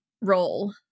role